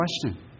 question